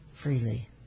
Freely